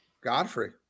Godfrey